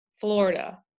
Florida